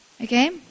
Okay